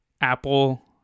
Apple